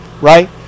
right